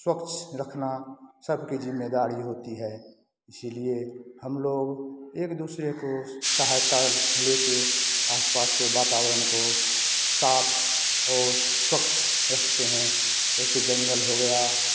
स्वच्छ रखना सबकी जिम्मेदारी होती है इसलिए हम लोग एक दूसरे को सहायता ले कर आस पास के वातावरण को साफ और स्वच्छ रखते हैं ऐसे जंगल हो गया